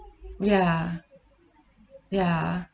ya ya